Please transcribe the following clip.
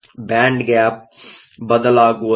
band gap ಬದಲಾಗುವುದಿಲ್ಲ